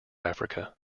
africa